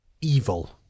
evil